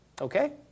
Okay